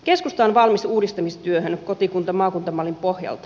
keskusta on valmis uudistustyöhön kotikuntamaakunta mallin pohjalta